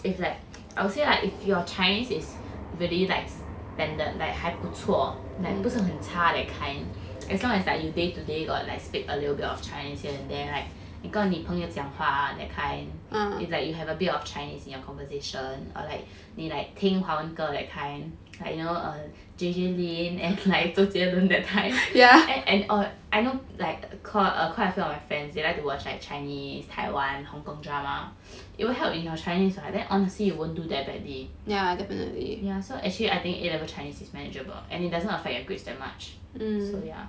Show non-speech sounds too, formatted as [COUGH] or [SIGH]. it's like I would say like if your chinese is really likes standard like 还不错 like 不是很差 that kind as long as like you day to day got like speak a little bit of chinese here and there like 你跟你朋友讲话 that kind it's like you have a bit of chinese in your conversation or like 你 like 听华文歌 that kind like you know err J J lin and 周杰伦 that kind and oh I know like quite a few of my friends they like to watch like chinese taiwan hong kong drama [BREATH] it will help in your chinese [what] honestly you won't do that badly yeah so actually I think A level chinese is manageable and it doesn't affect your grades that much so yeah